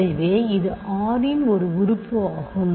எனவே இது R இன் ஒரு உறுப்பு ஆகும்